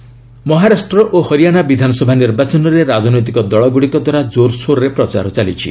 election campaign Maharashtra ଓ ହରିଆଣା ବିଧାନସଭା ନିର୍ବାଚନରେ ରାଜନୈତିକ ଦଳଗୁଡ଼ିକ ଦ୍ୱାରା ଜୋରସୋରରେ ପ୍ରଚାର ଚାଲିଛି